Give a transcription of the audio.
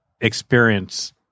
experience